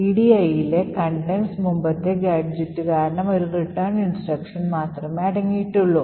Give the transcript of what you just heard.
ediയിലെ contentsൽ മുമ്പത്തെ ഗാഡ്ജെറ്റ് കാരണം ഒരു return instruction മാത്രമേ അടങ്ങിയിട്ടുള്ളൂ